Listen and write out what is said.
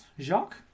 Jacques